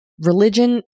Religion